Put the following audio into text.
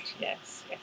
yes